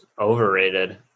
Overrated